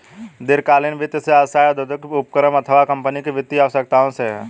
दीर्घकालीन वित्त से आशय औद्योगिक उपक्रम अथवा कम्पनी की वित्तीय आवश्यकताओं से है